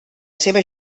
seva